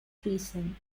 treason